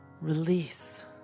Release